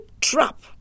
trap